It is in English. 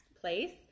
place